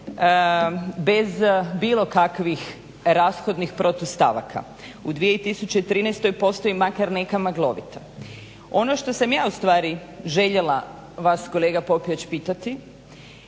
bez bilo kakvih rashodnih protustavaka. U 2013 postoji makar neka maglovita. Ono što sam ja ustvari željela vas kolega Popijač pitati,